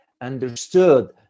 understood